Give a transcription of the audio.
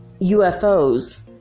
UFOs